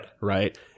right